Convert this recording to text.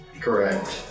Correct